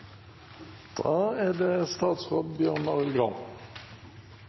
Da er det